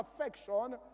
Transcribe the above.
affection